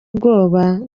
ubwoba